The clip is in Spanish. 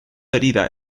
herida